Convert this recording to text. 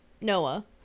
Noah